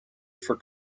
for